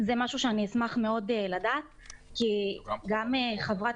זה משהו שאשמח מאוד לדעת כי גם חברת